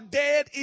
dead